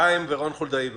חיים ביבס ורון חולדאי אחריו,